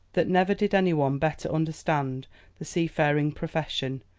that never did any one better understand the seafaring profession,